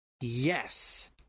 yes